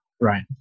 Right